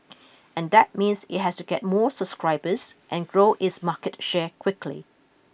and that means it has to get more subscribers and grow its market share quickly